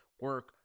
Work